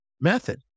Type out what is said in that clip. method